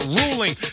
ruling